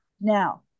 Now